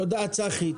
תודה רבה צחי.